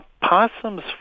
Possums